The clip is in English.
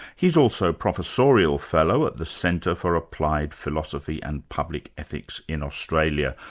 he's also professorial fellow at the centre for applied philosophy and public ethics in australia.